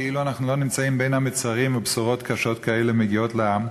כאילו אנחנו לא נמצאים בין המצרים ובשורות קשות כאלה מגיעות לעם.